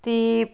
ਅਤੇ